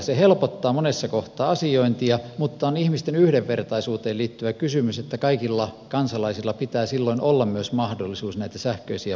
se helpottaa monessa kohtaa asiointia mutta on ihmisten yhdenvertaisuuteen liittyvä kysymys että kaikilla kansalaisilla pitää silloin olla myös mahdollisuus näitä sähköisiä palveluita käyttää